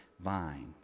vine